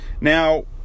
Now